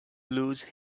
lose